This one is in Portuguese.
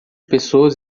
pessoas